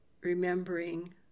remembering